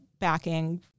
backing